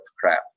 crap